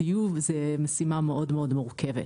טיוב זה משימה מאוד-מאוד מורכבת.